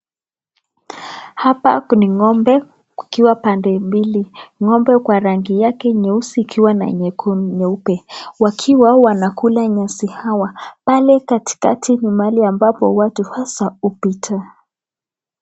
Hapa ni ng'ombe, kukiwa pande mbili. Ng'ombe kwa rangi yake nyeusi ikiwa na nyekundu nyeupe. Wakiwa wanakula nyasi hawa. Pale katikati mahali ambapo watu hasa hupita.